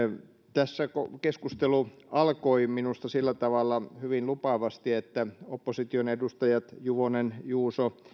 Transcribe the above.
tässä keskustelu alkoi minusta sillä tavalla hyvin lupaavasti että opposition edustajat juvonen juuso